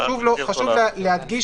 חשוב להדגיש,